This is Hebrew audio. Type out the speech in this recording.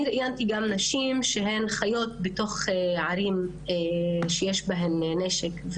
אני גם ראיינתי נשים שהן חיות בתוך ערים שיש בהן נשק,